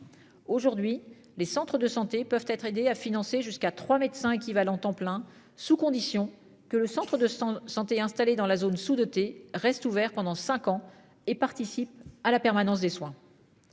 Aujourd'hui les centres de santé peuvent être aidés à financer jusqu'à 3 médecins qui va longtemps plein sous condition que le centre de 100 santé, installé dans la zone sous-dotée reste ouvert pendant 5 ans et participe à la permanence des soins.